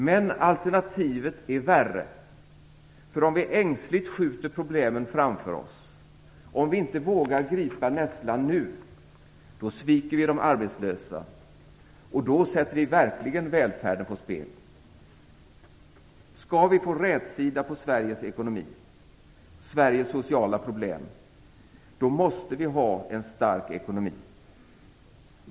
Men alternativet är värre, för om vi ängsligt skjuter problemen framför oss, om vi inte vågar gripa nässlan nu, då sviker vi de arbetslösa, och då sätter vi verkligen välfärden på spel. Skall vi få rätsida på Sveriges ekonomi, Sveriges sociala problem, måste vi ha en stark ekonomi.